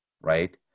right